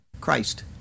Christ